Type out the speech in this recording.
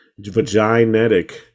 vaginetic